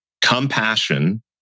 compassion